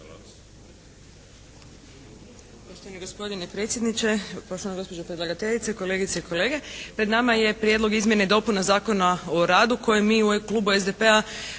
hvala vam